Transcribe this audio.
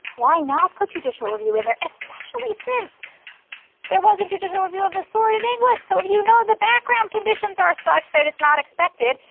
why not put judicial review in there? especially since there was a judicial review of this sort in england. so if you know the background conditions are such that it's not expected,